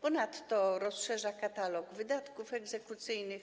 Ponadto rozszerza się katalog wydatków egzekucyjnych,